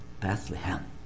Bethlehem